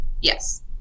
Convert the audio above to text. Yes